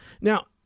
Now